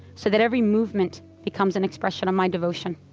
so that every movement becomes an expression of my devotion,